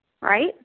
right